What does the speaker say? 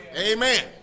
Amen